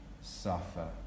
suffer